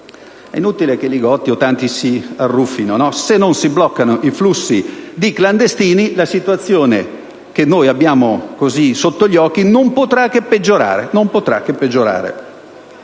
il senatore Li Gotti o tanti altri si arruffino. Se non si bloccano i flussi di clandestini, la situazione che abbiamo sotto gli occhi non potrà che peggiorare.